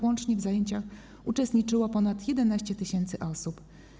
Łącznie w zajęciach uczestniczyło ponad 11 tys. osób.